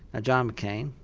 john um cain,